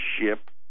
ship